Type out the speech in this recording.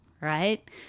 right